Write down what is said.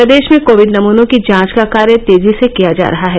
प्रदेश में कोविड नमूनों की जांच का कार्य तेजी से किया जा रहा है